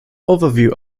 overview